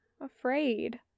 afraid